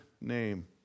name